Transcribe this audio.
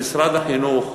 במשרד החינוך,